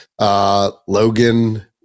Logan